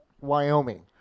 Wyoming